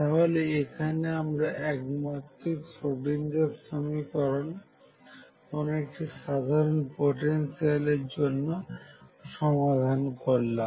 তাহলে এখানে আমরা একমাত্রিক স্রোডিঞ্জার সমীকরণ কোন একটি সাধারণ পোটেনশিয়ালের জন্য সমাধান করলাম